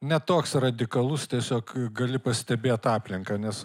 ne toks radikalus tiesiog gali pastebėt aplinką nes